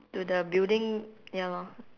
to the building ya lor